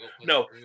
No